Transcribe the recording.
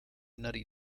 nutty